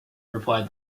replied